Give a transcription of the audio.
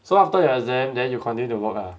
so after your exam then you continue to work ah